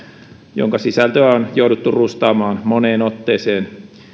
jonka sisältöä on jouduttu rustaamaan moneen otteeseen